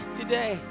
today